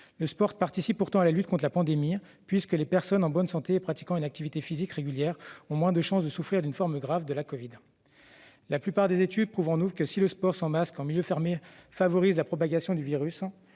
Le sport participe pourtant à la lutte contre la pandémie, puisque les personnes en bonne santé et pratiquant une activité physique régulière ont moins de chances de souffrir d'une forme grave de la covid-19. La plupart des études prouvent en outre que, si le sport sans masque en milieu fermé favorise la propagation du virus,